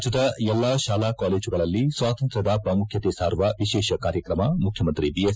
ರಾಜ್ಯದ ಎಲ್ಲಾ ಕಾಲಾ ಕಾಲೇಜುಗಳಲ್ಲಿ ಸ್ವಾಕಂತ್ರ್ಯದ ಪ್ರಾಮುಖ್ಯತೆ ಸಾರುವ ವಿಶೇಷ ಕಾರ್ಯಕ್ರಮ ಮುಖ್ಯಮಂತ್ರಿ ಬಿಎಸ್